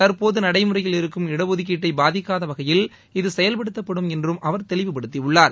தற்போது நடைமுறையில் இருக்கும் இடஒதுக்கீட்டை பாதிக்காத வகையில் இது செயல்படுத்தப்படும் என்றும் அவர் தெளிவுப்படுத்தியுள்ளார்